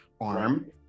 arm